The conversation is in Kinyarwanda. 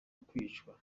kwicwa